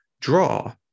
draw